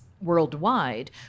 worldwide